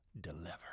deliver